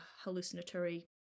hallucinatory